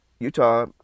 Utah